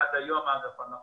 ואגב, עד היום אנחנו